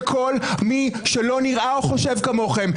של כל מי שלא נראה או חושב כמוכם.